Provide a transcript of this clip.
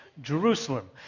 Jerusalem